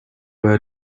were